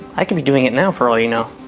i can be doing it now for all you know.